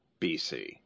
BC